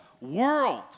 world